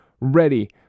ready